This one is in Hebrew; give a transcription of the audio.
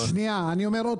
אתה מדווח.